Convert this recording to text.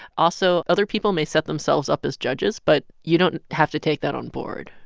also, other people may set themselves up as judges, but you don't have to take that on board.